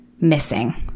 missing